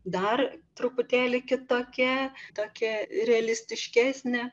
dar truputėlį kitokia tokia realistiškesnė